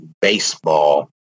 baseball